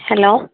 hello